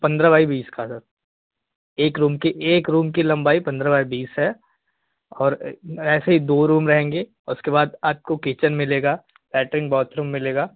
पंद्रह बाइ बीस का सर एक रूम की एक रूम की लंबाई पंद्रह बाय बीस है और ऐसे ही दो रूम रहेंगे उसके बाद आपको किचन मिलेगा लैट्रिंग बाथरूम मिलेगा